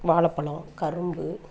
வாழைப் பழம் கரும்பு